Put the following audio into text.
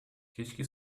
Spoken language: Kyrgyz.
кечки